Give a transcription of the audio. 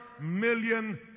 million